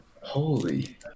Holy